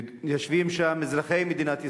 יושבים שם אזרחי מדינת ישראל.